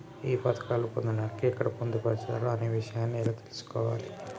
ఈ పథకాలు పొందడానికి ఎక్కడ పొందుపరిచారు అనే విషయాన్ని ఎలా తెలుసుకోవాలి?